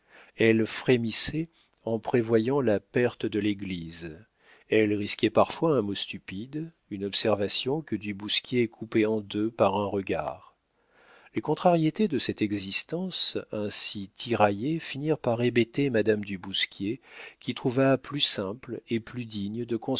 elle frémissait en prévoyant la perte de l'église elle risquait parfois un mot stupide une observation que du bousquier coupait en deux par un regard les contrariétés de cette existence ainsi tiraillée finirent par hébéter madame du bousquier qui trouva plus simple et plus digne de